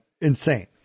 insane